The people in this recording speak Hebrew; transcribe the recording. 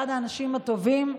אחד האנשים הטובים,